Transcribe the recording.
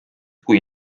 kui